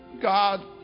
God